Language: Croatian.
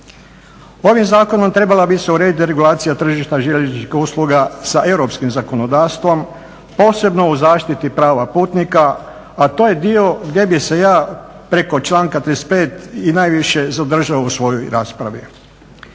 Ovim zakonom trebala bi se urediti regulacija tržišta željezničkih usluga sa europskim zakonodavstvo posebno u zaštiti prava putnika, a to je dio gdje bi se ja preko članka 35. i najviše zadržao u svojoj raspravi.